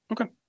okay